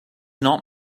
not